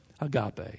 agape